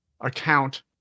account